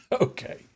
Okay